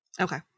Okay